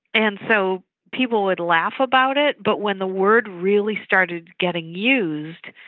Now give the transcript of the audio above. and so people would laugh about it but when the word really started getting used,